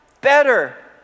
better